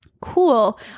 Cool